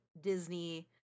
Disney